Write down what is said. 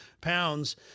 pounds